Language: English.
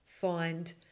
find